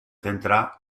centra